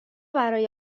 برای